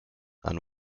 and